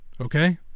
Okay